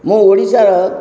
ମୁଁ ଓଡ଼ିଶା